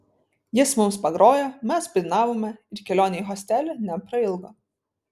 jis mums pagrojo mes padainavome ir kelionė į hostelį neprailgo